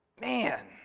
Man